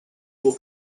will